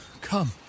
Come